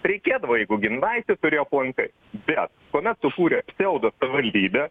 reikėdavo jeigu giminaitį turi aplankai bet kuomet sukūrė psiaudosavivaldybę